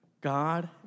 God